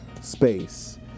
space